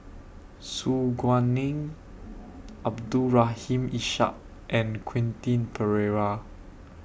Su Guaning Abdul Rahim Ishak and Quentin Pereira